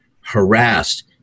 harassed